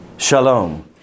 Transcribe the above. Shalom